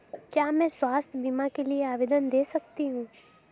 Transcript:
क्या मैं स्वास्थ्य बीमा के लिए आवेदन दे सकती हूँ?